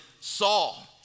Saul